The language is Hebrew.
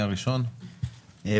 הראשון הוא אלישיב ממן, בבקשה.